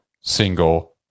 single